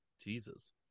Jesus